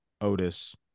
Otis